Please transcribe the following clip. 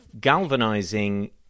galvanizing